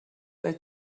roedd